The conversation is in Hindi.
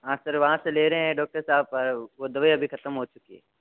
हाँ सर वहाँ से ले रहे हैं डॉक्टर साहब वो दवाई अभी ख़त्म हो चुकी है